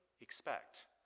expect